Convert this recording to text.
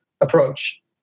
approach